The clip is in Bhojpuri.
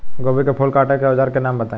गोभी के फूल काटे के औज़ार के नाम बताई?